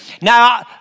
Now